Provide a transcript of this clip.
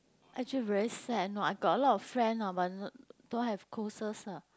actually very sad you know I got a lot of friend orh but no don't have closest ah